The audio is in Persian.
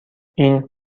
این